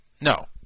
No